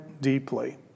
deeply